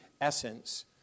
essence